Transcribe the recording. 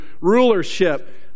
rulership